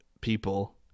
people